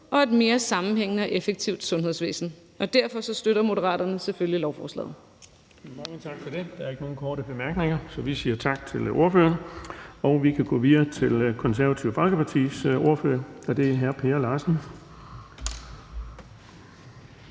og et mere sammenhængende og effektivt sundhedsvæsen. Derfor støtter Moderaterne selvfølgelig lovforslaget. Kl. 19:36 Den fg. formand (Erling Bonnesen): Mange tak for det. Der er ikke nogen korte bemærkninger, så vi siger tak til ordføreren, og vi kan gå videre til Det Konservative Folkepartis ordfører, og det er hr. Per Larsen.